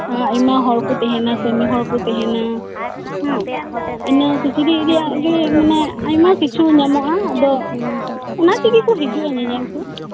ᱟᱭᱢᱟ ᱦᱚᱲ ᱠᱚ ᱛᱟᱦᱮᱱᱟ ᱠᱟᱢᱤ ᱦᱚᱲ ᱠᱚ ᱛᱟᱦᱮᱱᱟ ᱦᱩᱸ ᱤᱱᱟᱹ ᱠᱤᱪᱨᱤᱡᱽ ᱨᱮᱭᱟᱜ ᱜᱮ ᱢᱟᱱᱮ ᱟᱭᱢᱟ ᱠᱤᱪᱷᱩ ᱧᱟᱢᱚᱜᱼᱟ ᱟᱫᱚ ᱚᱱᱟ ᱛᱮᱜᱮ ᱠᱚ ᱦᱤᱡᱩᱜᱼᱟ ᱧᱮᱧᱮᱞ ᱠᱚ